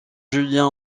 julien